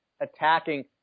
attacking